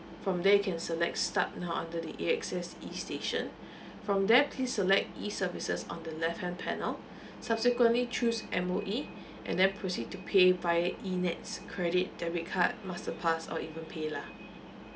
from there you can select start now under the A_X_S E station from that please select E services on the left hand panel subsequently choose M_O_E and then proceed to pay via E NETS credit debit card master pass or even PayLah